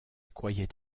croyait